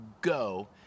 go